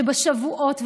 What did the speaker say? שבשבועות ובחודשים,